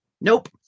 Nope